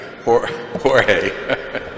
Jorge